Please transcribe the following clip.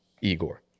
Igor